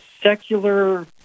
secular